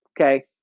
okay